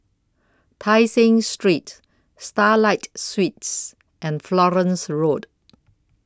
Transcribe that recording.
Tai Seng Street Starlight Suites and Florence Road